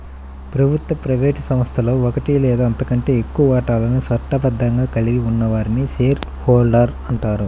ప్రభుత్వ, ప్రైవేట్ సంస్థలో ఒకటి లేదా అంతకంటే ఎక్కువ వాటాలను చట్టబద్ధంగా కలిగి ఉన్న వారిని షేర్ హోల్డర్ అంటారు